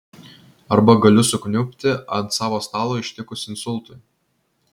arba galiu sukniubti ant savo stalo ištikus insultui